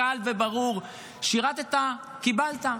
קל וברור: שירתָּ קיבלת,